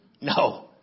No